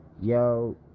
Yo